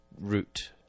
route